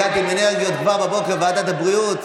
הגעת עם אנרגיות כבר בבוקר לוועדת הבריאות.